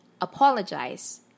apologize